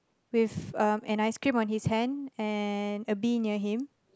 with um an ice cream on his hand and a bee near him